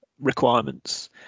requirements